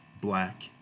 black